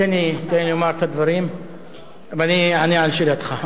תן לי לומר את הדברים ואני אענה על שאלתך,